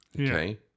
Okay